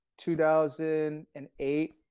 2008